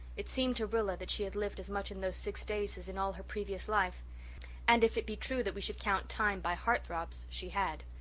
it seemed to rilla that she had lived as much in those six days as in all her previous life and if it be true that we should count time by heart-throbs she had.